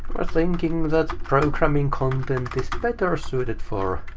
thinking that programming content is better ah suited for